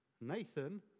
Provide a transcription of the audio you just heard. Nathan